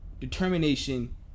Determination